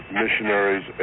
missionaries